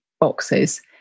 boxes